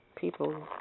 People